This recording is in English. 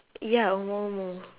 ya oh